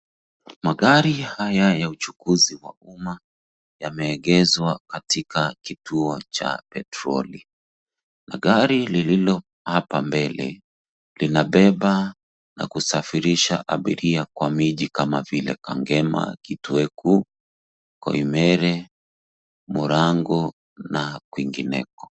Magari haya ya uchukuzi wa umma yameegezwa katika kituo cha petroli. Gari lililo hapa mbele linabeba na kusafirisha abiria kwa miji kama vile Kangema, Kitweko, Koimere, Murango na kwingineko.